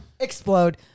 explode